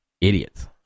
Idiots